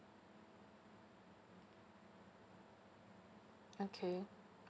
okay